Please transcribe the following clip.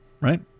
right